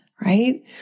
Right